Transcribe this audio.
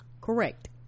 correct